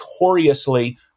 notoriously